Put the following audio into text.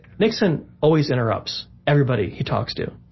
nixon always interrupts everybody he talks to.